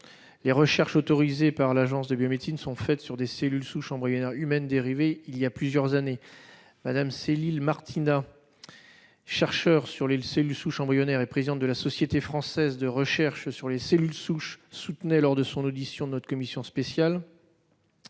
les recherches autorisées par l'Agence de la biomédecine sont réalisées sur des cellules souches embryonnaires humaines dérivées voilà plusieurs années. Ainsi, Mme Cécile Martinat, chercheur sur les cellules souches embryonnaires et présidente de la Société française de recherche sur les cellules souches, soutenait lors de son audition devant notre commission spéciale